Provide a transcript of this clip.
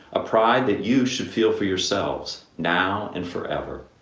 a pride that you should feel for yourselves now and forever.